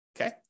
okay